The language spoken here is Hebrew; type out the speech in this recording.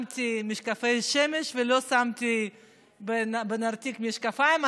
שמתי משקפי שמש ולא שמתי בנרתיק משקפיים.